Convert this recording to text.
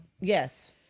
Yes